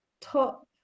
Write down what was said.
Top